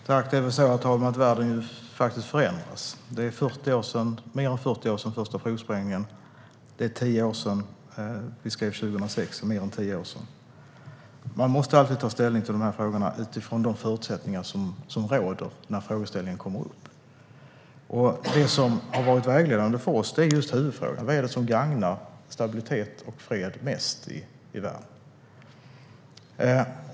Herr talman! Det är ju så att världen förändras. Det är mer än 40 år sedan den första provsprängningen skedde. Det är mer än tio år sedan vi skrev 2006. Man måste alltid ta ställning till dessa frågor utifrån de förutsättningar som råder när frågeställningen kommer upp. Det som har varit vägledande för oss är huvudfrågan: Vad är det som mest gagnar stabilitet och fred i världen?